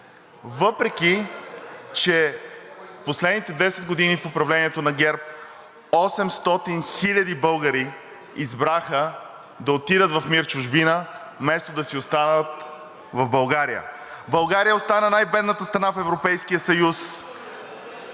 въпреки че последните 10 години в управлението на ГЕРБ 800 хиляди българи избраха да отидат в МИР „Чужбина“ вместо да си останат в България. България остана най-бедната страна в Европейския съюз.